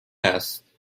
است